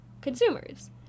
consumers